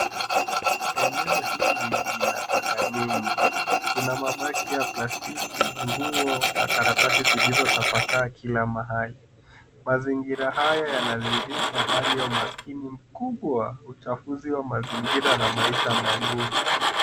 Eneo hili lina taka nyingi. Kuna mabaki ya plastiki, nguo na karatasi zilizotapakaa kila mahali. Mazingira haya yana dhihirisha hali ya umaskini mkubwa, uchafuzi wa mazingira na maisha magumu.